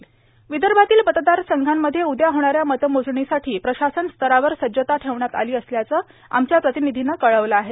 र्विदभातील मतदारसंघांमध्ये उद्या होणाऱ्या मतमोजणीसाठी प्रशासन स्तरावर सज्जता ठेवण्यात आलों असल्याचं आमच्या प्रार्तानधीनं कळवलं आहे